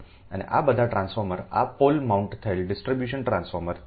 અને આ બધા ટ્રાન્સફોર્મર આ પોલ માઉન્ટ થયેલ ડિસ્ટ્રિબ્યુશન ટ્રાન્સફોર્મર છે તે 11 છે